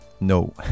No